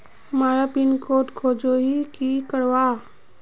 हमार pin code खोजोही की करवार?